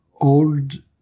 old